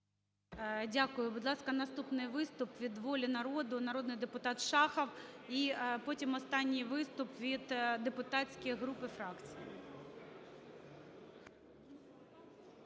Дякую. Будь ласка, наступний виступ від "Воля народу" народний депутат Шахов. І потім останній виступ від депутатських груп, і фракцій.